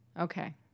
Okay